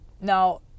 now